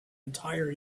entire